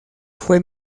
fue